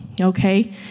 Okay